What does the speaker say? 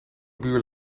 buur